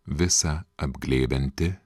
visa apglėbianti